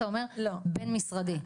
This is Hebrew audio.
אתה אומר "בין משרדי".